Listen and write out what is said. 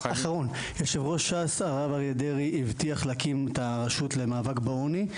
יושב ראש ש"ס הרב אריה דרעי הבטיח להקים את הרשות למאבק בעוני,